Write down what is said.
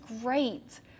great